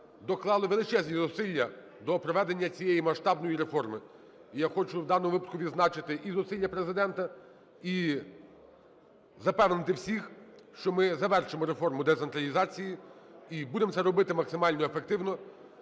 доклали величезні зусилля до проведення цієї масштабної реформи. Я хочу в даному випадку відзначити і зусилля Президента, і запевнити всіх, що ми завершимо реформу децентралізації і будемо це робити максимально ефективно,